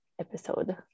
episode